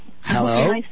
Hello